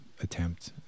attempt